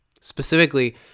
Specifically